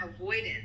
avoidance